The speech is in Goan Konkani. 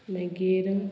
मागीर